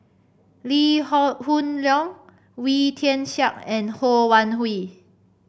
Lee Hoon Leong Wee Tian Siak and Ho Wan Hui